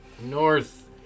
North